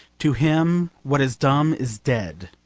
to him what is dumb is dead.